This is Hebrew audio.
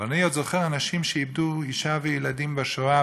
אבל אני עוד זוכר אנשים שאיבדו אישה וילדים בשואה,